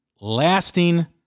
lasting